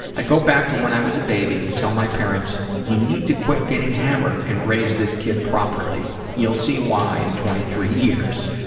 i'd go back to when i was a baby and tell my parents you need to quit getting hammered and raise this kid properly. you'll see why in twenty three years.